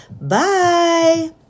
Bye